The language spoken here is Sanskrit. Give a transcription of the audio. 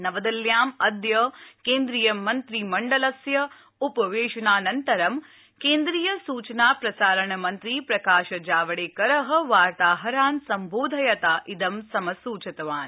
नवदिल्ल्यां अद्य केन्द्रीय मन्त्रिमण्डलस्य उपवेशनानन्तरं केन्द्रीय सुचना प्रसारण मन्त्री प्रकाशजावडेकरः वार्ताहरान् सम्बोधयता इदं समसूचितवान्